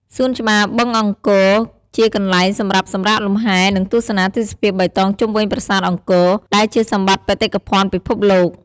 សួនច្បារបឹងអង្គរ ជាកន្លែងសម្រាប់សម្រាកលំហែ និងទស្សនាទេសភាពបៃតងជុំវិញប្រាសាទអង្គរ ដែលជាសម្បត្តិបេតិកភណ្ឌពិភពលោក។